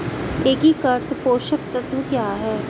एकीकृत पोषक तत्व क्या है?